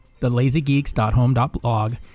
thelazygeeks.home.blog